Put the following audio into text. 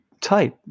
tight